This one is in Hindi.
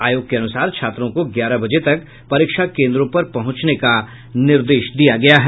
आयोग के अनुसार छात्रों को ग्यारह बजे तक परीक्षा केन्द्रों पर पहुंचने का निर्देश दिया गया है